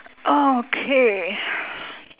okay